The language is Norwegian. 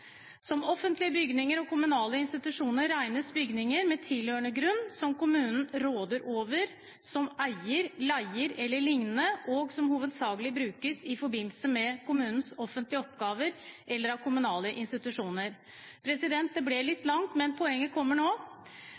Som offentlige bygninger og kommunale institusjoner regnes bygninger med tilhørende grunn som kommunen råder over som eier, leier eller lignende og som hovedsakelig brukes i forbindelse med kommunens offentlige oppgaver eller av kommunale institusjoner.» Det ble litt langt, men poenget kommer nå: